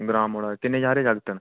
ग्रां मोड़ा किन्ने सारे जागत न